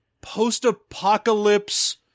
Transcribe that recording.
post-apocalypse